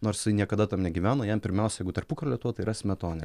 nors jisai niekada tam gyveno jam pirmiausia jeigu tarpukario lietuva tai yra smetoninė